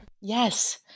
Yes